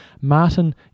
Martin